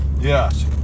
yes